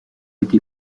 été